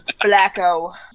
Black-o